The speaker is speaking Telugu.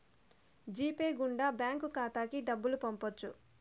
జీ పే గుండా బ్యాంక్ ఖాతాకి డబ్బులు పంపొచ్చు